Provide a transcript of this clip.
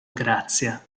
grazia